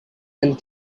and